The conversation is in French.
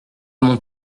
mon